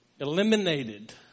eliminated